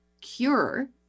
cure